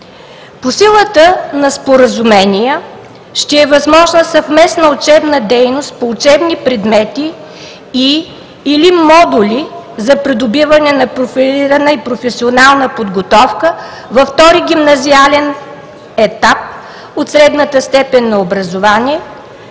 По силата на споразумения ще е възможна съвместна учебна дейност по учебни предмети и/или модули за придобиване на профилирана и професионална подготовка във втори гимназиален етап от средната степен на образование,